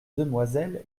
demoiselle